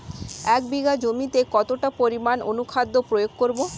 এক বিঘা জমিতে কতটা পরিমাণ অনুখাদ্য প্রয়োগ করব?